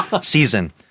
season